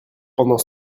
pendant